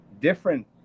different